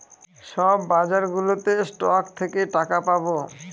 সব বাজারগুলোতে স্টক থেকে টাকা পাবো